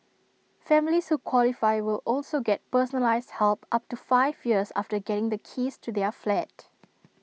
families who qualify will also get personalised help up to five years after getting the keys to their flat